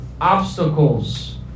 obstacles